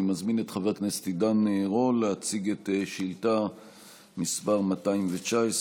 אני מזמין את חבר הכנסת עידן רול להציג את שאילתה מס' 219,